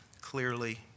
clearly